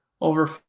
over